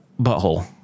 butthole